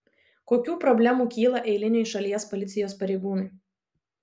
kokių problemų kyla eiliniui šalies policijos pareigūnui